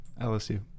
LSU